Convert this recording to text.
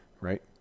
right